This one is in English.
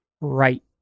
right